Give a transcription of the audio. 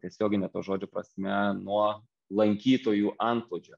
tiesiogine to žodžio prasme nuo lankytojų antplūdžio